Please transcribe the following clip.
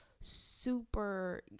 super